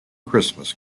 christmas